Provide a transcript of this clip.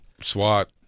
swat